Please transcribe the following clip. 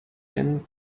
end